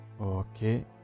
Okay